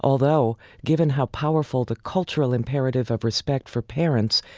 although given how powerful the cultural imperative of respect for parents,